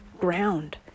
ground